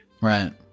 right